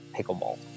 pickleball